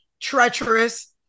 treacherous